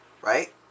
Right